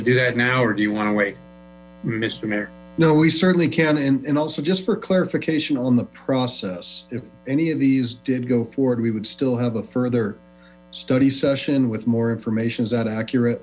to do that now or do you want to wait mister mayor no we certainly can and also just for clarification on the process if any of these did go forward we would still have a further study session with more information is that accurate